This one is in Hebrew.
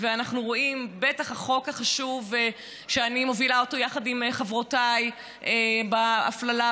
ובטח החוק החשוב שאני מובילה יחד עם חברותיי על הפללה.